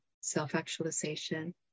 self-actualization